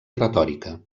retòrica